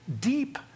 deep